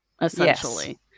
essentially